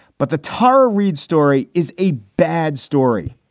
but the tara reid story is a bad story,